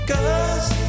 Cause